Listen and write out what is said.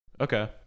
Okay